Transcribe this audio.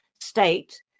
state